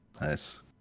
Nice